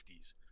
50s